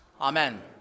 amen